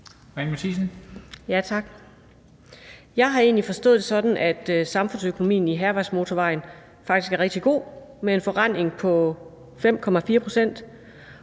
egentlig forstået det sådan, at samfundsøkonomien i hærvejsmotorvejen faktisk er rigtig god med en forrentning på 5,4 pct.